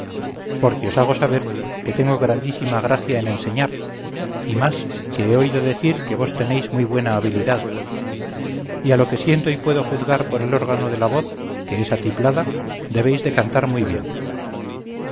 porque os hago saber que tengo grandísima gracia en el enseñar y más que he oído decir que vos tenéis muy buena habilidad y a lo que siento y puedo juzgar por el órgano de la voz que es atiplada debéis de cantar muy bien